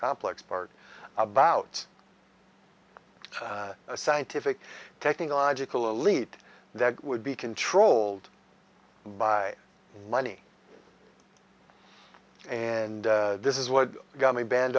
complex part about a scientific technological elite that would be controlled by money and this is what got me ban